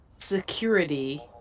security